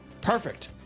Perfect